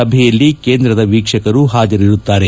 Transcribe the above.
ಸಭೆಯಲ್ಲಿ ಕೇಂದ್ರದ ವೀಕ್ಷಕರು ಹಾಜರಿರುತ್ತಾರೆ